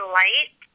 light